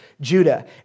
Judah